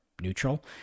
neutral